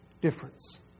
difference